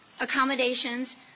accommodations